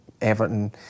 Everton